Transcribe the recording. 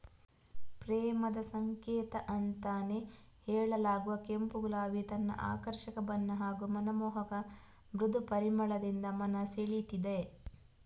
ಪ್ರೇಮದ ಸಂಕೇತ ಅಂತಾನೇ ಹೇಳಲಾಗುವ ಕೆಂಪು ಗುಲಾಬಿ ತನ್ನ ಆಕರ್ಷಕ ಬಣ್ಣ ಹಾಗೂ ಮನಮೋಹಕ ಮೃದು ಪರಿಮಳದಿಂದ ಮನ ಸೆಳೀತದೆ